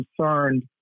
concerned